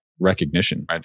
recognition